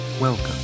Welcome